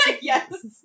Yes